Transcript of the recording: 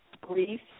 grief